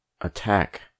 attack